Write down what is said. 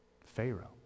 Pharaoh